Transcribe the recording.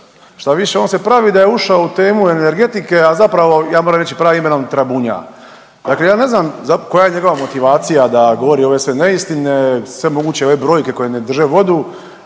Štaviše, on se pravi da je ušao u temu energetike, a zapravo, ja moram reći pravim imenom, trabunja. Dakle ja ne znam koja je njegova motivacija da govori ove sve neistine, sve moguće ove brojke koje ne drže vodu,